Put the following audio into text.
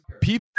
people